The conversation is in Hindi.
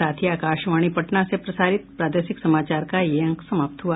इसके साथ ही आकाशवाणी पटना से प्रसारित प्रादेशिक समाचार का ये अंक समाप्त हुआ